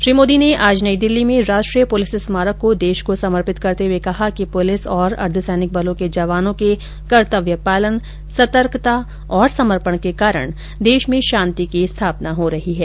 श्री मोदी ने आज नई दिल्ली में राष्ट्रीय पुलिस स्मारक को देश को समर्पित करते हुए कहा कि पुलिस और अर्धसैनिक बलों के जवानों के कर्तव्य पालन सतर्कता और समर्पण के कारण देश में शांति की स्थापना हो रही है